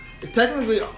Technically